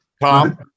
Tom